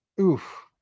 oof